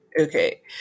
Okay